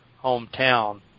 hometown